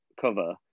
cover